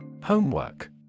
Homework